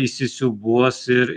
įsisiūbuos ir